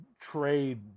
trade